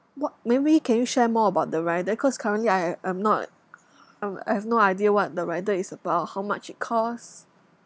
what maybe can you share more about the rider cause currently I uh I'm not I'm I have no idea what the rider is about how much it costs